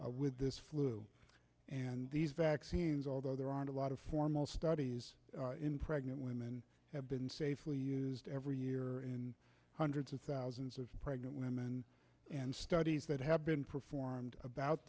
offspring with this flu and these vaccines although there aren't a lot of formal studies in pregnant women have been safely used every year and hundreds of thousands of pregnant women and studies that have been performed about